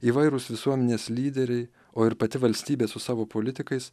įvairūs visuomenės lyderiai o ir pati valstybė su savo politikais